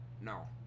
no